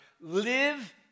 live